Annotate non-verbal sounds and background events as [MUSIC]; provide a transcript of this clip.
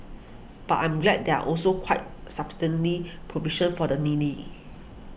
but I'm glad there are also quite [UNINTELLIGIBLE] provisions for the needy